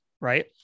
right